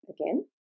again